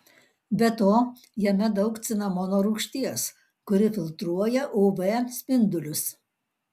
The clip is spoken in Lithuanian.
be to jame daug cinamono rūgšties kuri filtruoja uv spindulius